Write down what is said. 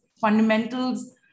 fundamentals